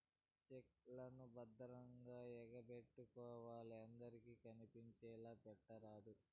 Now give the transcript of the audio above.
check లను భద్రంగా ఎగపెట్టుకోవాలి అందరికి కనిపించేలా పెట్టరాదు